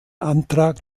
antrag